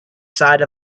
side